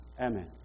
Amen